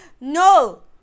no